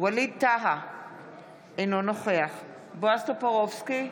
ווליד טאהא, אינו נוכח בועז טופורובסקי,